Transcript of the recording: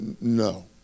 no